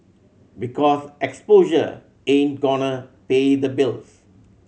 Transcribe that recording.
because exposure ain't gonna pay the bills